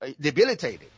debilitated